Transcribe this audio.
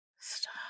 Stop